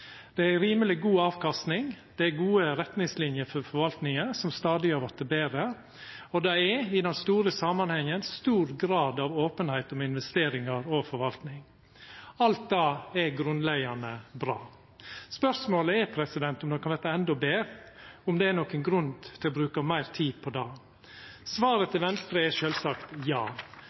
Det er ei rimeleg god avkastning, det er gode retningslinjer for forvaltinga, som stadig har vorte betre, og det er i den store samanhengen stor grad av openheit om investeringar og forvalting. Alt det er grunnleggjande bra. Spørsmålet er om det kan verta endå betre, om det nokon grunn til å bruka meir tid på det. Svaret til Venstre er sjølvsagt ja.